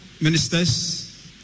ministers